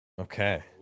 Okay